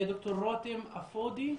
ד"ר רותם אפודי,